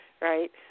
right